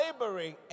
laboring